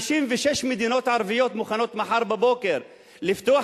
56 מדינות ערביות מוכנות מחר בבוקר לפתוח